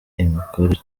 imikorere